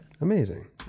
Amazing